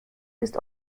ist